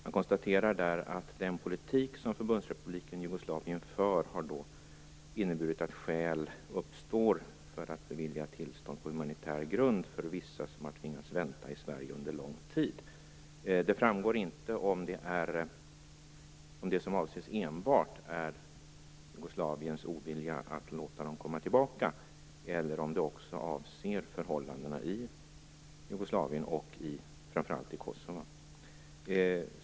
Han konstaterar där att den politik som Förbundsrepubliken Jugoslavien för har inneburit att skäl uppstår för att bevilja tillstånd på humanitär grund för vissa som har tvingats vänta i Sverige under lång tid. Det framgår inte om det som avses enbart är Jugoslaviens ovilja att låta dem komma tillbaka eller om det också avser förhållandena i Jugoslavien och i framför allt Kosova.